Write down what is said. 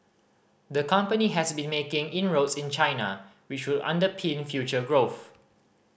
the company has been making inroads in China which would underpin future growth